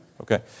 Okay